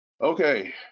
Okay